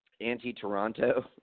anti-Toronto